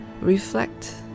reflect